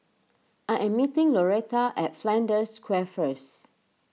I am meeting Loretta at Flanders Square first